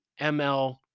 ml